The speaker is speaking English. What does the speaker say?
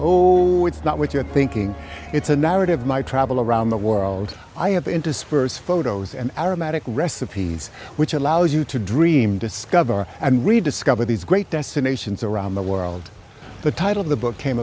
oh it's not what you're thinking it's a narrative my travel around the world i have been dispersed photos and aromatic recipes which allows you to dream discover and rediscover these great destinations around the world the title of the book came